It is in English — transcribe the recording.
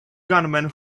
gunman